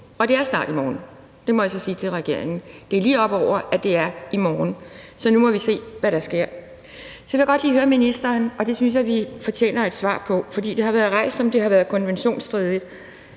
Og det er snart »i morgen« – det må jeg så sige til regeringen. Det er lige oppe over, at det er »i morgen«. Så nu må vi se, hvad der sker. Så vil jeg godt lige stille ministeren et spørgsmål, som jeg synes vi fortjener et svar på, for der har været rejst et spørgsmål om, om det er konventionsstridigt.